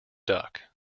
duck